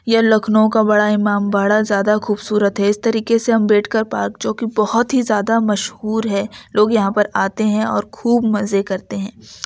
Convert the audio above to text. یا لکھنؤ کا بڑا امام باڑہ زیادہ خوبصورت ہے اس طریقے سے امبیڈکر پارک جو کہ بہت ہی زیادہ مشہور ہے لوگ یہاں پر آتے ہیں اور خوب مزے کرتے ہیں